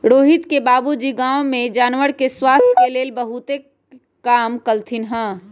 रोहित के बाबूजी गांव में जानवर के स्वास्थ के लेल बहुतेक काम कलथिन ह